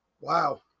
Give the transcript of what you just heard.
Wow